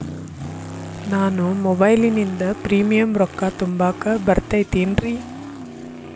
ನಾನು ಮೊಬೈಲಿನಿಂದ್ ಪ್ರೇಮಿಯಂ ರೊಕ್ಕಾ ತುಂಬಾಕ್ ಬರತೈತೇನ್ರೇ?